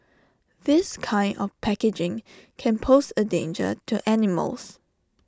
this kind of packaging can pose A danger to animals